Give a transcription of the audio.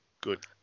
Good